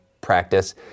practice